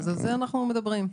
על זה אנחנו מדברים.